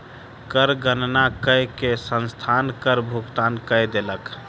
कर गणना कय के संस्थान कर भुगतान कय देलक